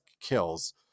kills